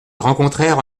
rencontrèrent